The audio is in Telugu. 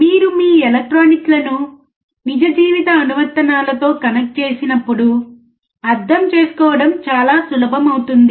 మీరు మీ ఎలక్ట్రానిక్లను నిజ జీవిత అనువర్తనాలతో కనెక్ట్ చేసినప్పుడు అర్థం చేసుకోవడం చాలా సులభం అవుతుంది